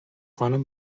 خانم